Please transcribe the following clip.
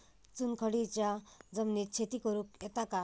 चुनखडीयेच्या जमिनीत शेती करुक येता काय?